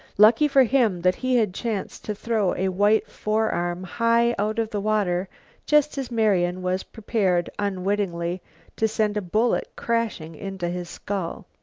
lucky for him that he had chanced to throw a white forearm high out of the water just as marian was prepared unwittingly to send a bullet crashing into his skull.